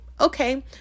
okay